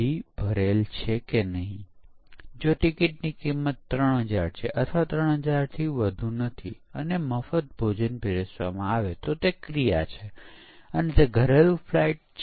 આપણે જાણીએ છીએ કે તે વોટરફોલ મોડેલનો એક મોટો સેટ છે